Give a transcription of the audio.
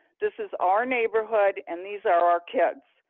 this is our neighborhood and these are are kids.